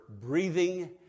breathing